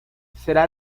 será